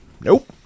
Nope